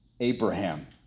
Abraham